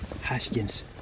Haskins